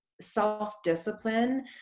self-discipline